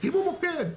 תקימו מוקד.